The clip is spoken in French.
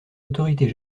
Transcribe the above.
autorités